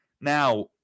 Now